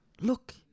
Look